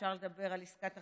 אפשר לדבר על עסקת החבילה,